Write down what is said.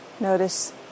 Notice